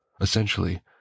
Essentially